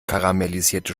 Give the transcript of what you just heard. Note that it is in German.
karamellisierte